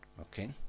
Okay